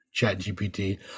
ChatGPT